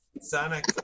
Sonic